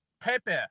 Pepe